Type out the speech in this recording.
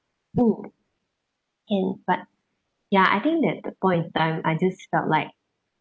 and but ya I think that that point in time I just felt like